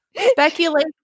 Speculate